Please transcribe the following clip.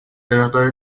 مقدار